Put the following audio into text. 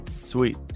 Sweet